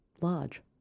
Large